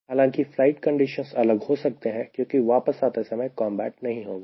हालांकि flight condition अलग हो सकते हैं क्योंकि वापस आते समय कॉम्बैट नहीं होगा